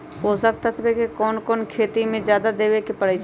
पोषक तत्व क कौन कौन खेती म जादा देवे क परईछी?